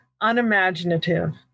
unimaginative